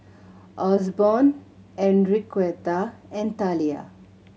Osborne Enriqueta and Talia